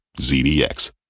ZDX